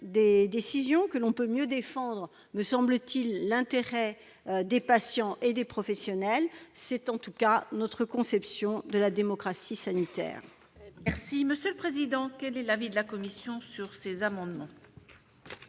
des décisions que l'on peut mieux défendre l'intérêt des patients et des professionnels. Telle est, en tout cas, notre conception de la démocratie sanitaire.